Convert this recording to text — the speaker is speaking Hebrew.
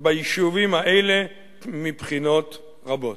ביישובים האלה מבחינות רבות.